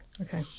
Okay